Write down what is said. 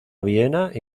viena